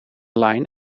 line